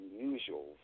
unusual